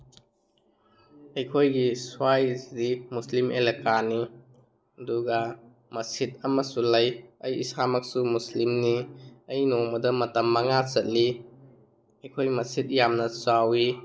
ꯑꯩꯈꯣꯏꯒꯤ ꯁ꯭ꯋꯥꯏꯁꯤꯗꯤ ꯃꯨꯁꯂꯤꯝ ꯑꯦꯂꯀꯥꯅꯤ ꯑꯗꯨꯒ ꯃꯁꯖꯤꯠ ꯑꯃꯁꯨ ꯂꯩ ꯑꯩ ꯏꯁꯥꯃꯛꯁꯨ ꯃꯨꯁꯂꯤꯝꯅꯤ ꯑꯩ ꯅꯣꯡꯃꯗ ꯃꯇꯝ ꯃꯉꯥ ꯆꯠꯂꯤ ꯑꯩꯈꯣꯏ ꯃꯁꯖꯤꯠ ꯌꯥꯝꯅ ꯆꯥꯎꯋꯤ